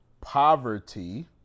poverty